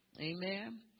Amen